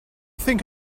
think